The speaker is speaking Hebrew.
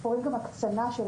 אנחנו רואים כאן הקצנה של